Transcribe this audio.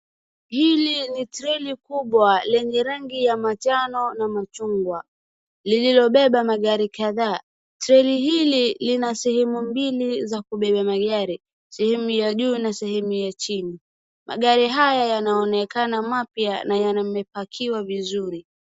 Hili ni treli kubwa lenye rangi ya majano na machungwa lililobeba magari kadhaaa. Treli hili lina sehemu mbili za kubebea magari, sehemu ya juu na sehemu ya chini. Magari haya yanaonekana mapya na yamepakiwa vizuri.